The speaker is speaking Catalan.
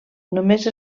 només